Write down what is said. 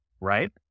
Right